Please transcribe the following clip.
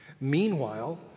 Meanwhile